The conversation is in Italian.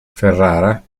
ferrara